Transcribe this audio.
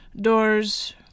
doors